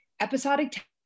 episodic